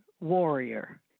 warrior